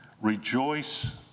rejoice